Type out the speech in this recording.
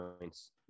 points